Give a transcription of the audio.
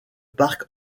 parc